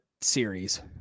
series